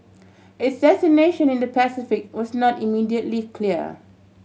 its destination in the Pacific was not immediately clear